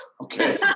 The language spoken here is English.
okay